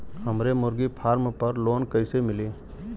हमरे मुर्गी फार्म पर लोन कइसे मिली?